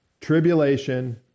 Tribulation